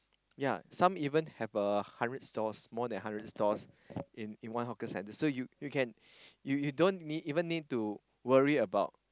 ya some even have a hundred stalls more than hundred stalls in in one hawker center so you you can you you don't even need to worry about